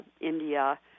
India